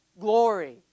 glory